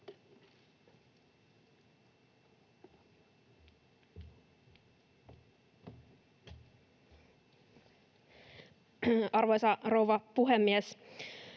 Arvoisa rouva puhemies!